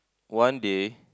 one day